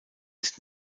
ist